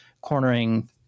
cornering